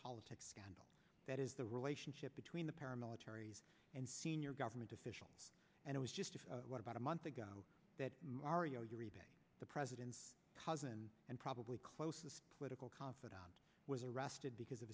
politics scandal that is the relationship between the paramilitaries and senior government officials and it was just what about a month ago that mario your the president's cousin and probably closest political confidant was arrested because of